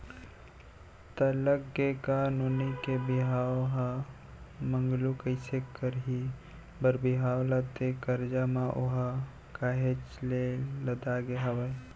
त लग गे का नोनी के बिहाव ह मगलू कइसे करही बर बिहाव ला ते करजा म ओहा काहेच के लदागे हवय